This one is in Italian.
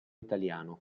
italiano